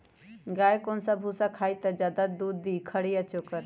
गाय कौन सा भूसा खाई त ज्यादा दूध दी खरी या चोकर?